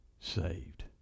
saved